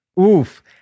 oof